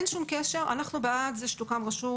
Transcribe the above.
אנחנו בעד שתוקם רשות,